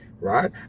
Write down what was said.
right